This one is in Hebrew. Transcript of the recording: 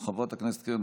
חבר הכנסת ג'אבר עסאקלה,